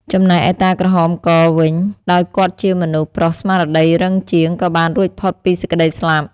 ចំណែកឯតាក្រហមកវិញ ដោយគាត់ជាមនុស្សប្រុសស្មារតីរឹងជាង ក៏បានរួចផុតពីសេចក្ដីស្លាប់ ។